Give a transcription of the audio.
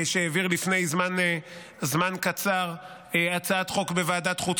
שהעביר לפני זמן קצר הצעת חוק בוועדת חוץ